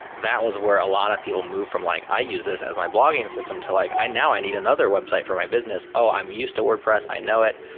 that was where a lot of people move from like i use this as my blogging system to like, now, i need another website for my business. oh! i'm used to wordpress. i know it.